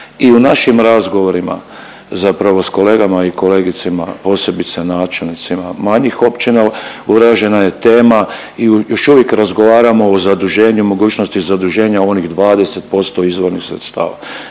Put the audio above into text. i u našim razgovorima zapravo s kolegama i kolegicama, posebice načelnicima manjih općina uvriježena je tema i još uvijek razgovaramo o zaduženju, mogućnosti zaduženja onih 20% izvornih sredstava.